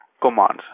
commands